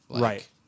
Right